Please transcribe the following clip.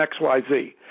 XYZ